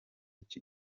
iki